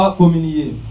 communier